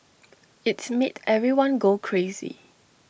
it's made everyone go crazy